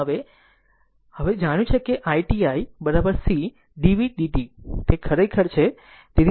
તેથી હવે તે જાણ્યું છે કે i t i c dv dt ને ખબર છે કે